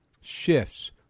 shifts